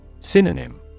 Synonym